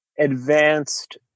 Advanced